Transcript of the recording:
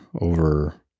over